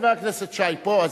חבר הכנסת שי פה,